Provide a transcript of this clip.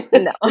no